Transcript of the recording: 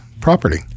property